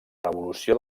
revolució